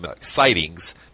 sightings